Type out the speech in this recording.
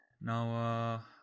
Now